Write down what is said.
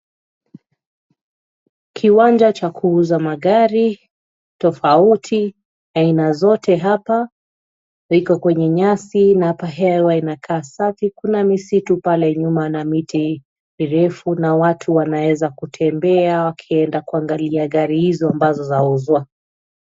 Kiwanja cha kuuza magari, tofauti, aina zote hapa, ziko kwenye nyasi, na apa hewa inakaa safi. Kuna misitu pale nyuma na miti mirefu na watu wanaeza kutembea, wakienda kuangalia gari hizo ambazo za uzwa.